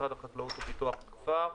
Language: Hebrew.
משרד החקלאות ופיתוח הכפר.